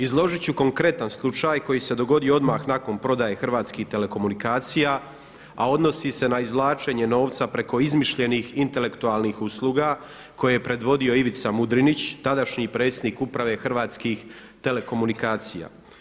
Izložit ću konkretan slučaj koji se dogodio odmah nakon prodaje Hrvatskih telekomunikacija, a odnosi se na izvlačenje novca preko izmišljenih intelektualnih usluga koje je predvodio Ivica Mudrinić, tadašnji predsjednik Uprave Hrvatskih telekomunikacija.